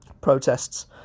protests